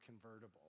convertible